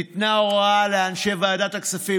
ניתנה הוראה לאנשי ועדת הכספים,